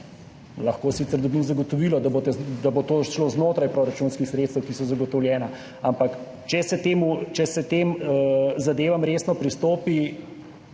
Lahko sicer dobim zagotovilo, da bo to šlo znotraj proračunskih sredstev, ki so zagotovljena, ampak če se k tem zadevam resno pristopi,